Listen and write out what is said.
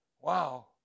Wow